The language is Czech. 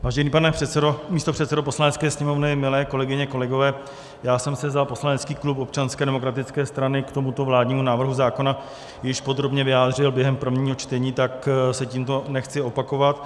Vážený pane místopředsedo Poslaneckého sněmovny, milé kolegyně, kolegové, já jsem se za poslanecký klub Občanské demokratické strany k tomuto vládnímu návrhu zákona již podrobně vyjádřil během prvního čtení, tak se tímto nechci opakovat.